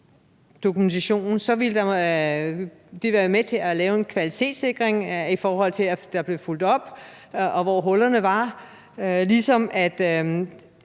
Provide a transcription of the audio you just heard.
ville være med til at lave en kvalitetssikring, i forhold til at der blev fulgt op på det, hvor hullerne var, og